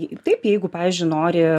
taip jeigu pavyzdžiui nori